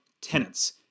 tenants